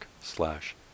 slash